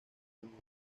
sonido